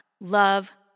Love